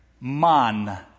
man